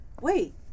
wait